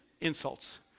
insults